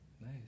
nice